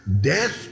Death